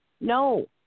No